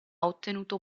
ottenuto